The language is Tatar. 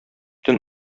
төн